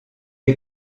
est